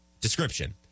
Description